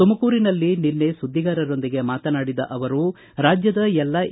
ತುಮಕೂರಿನಲ್ಲಿ ನಿನ್ನೆ ಸುದ್ದಿಗಾರರೊಂದಿಗೆ ಮಾತನಾಡಿದ ಅವರು ರಾಜ್ಡದ ಎಲ್ಲ ಎ